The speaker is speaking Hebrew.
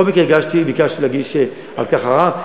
בכל מקרה, ביקשתי להגיש על כך ערר.